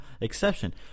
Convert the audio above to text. exception